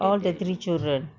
all their three children